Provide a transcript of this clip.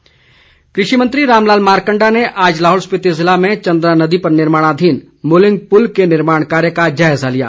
मारकंडा कृषि मंत्री रामलाल मारकंडा ने आज लाहौल स्पिति जिले में चन्द्रा नदी पर निर्माणाधीन मूलिंग पुल के निर्माण कार्य का जायजा लिया